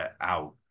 out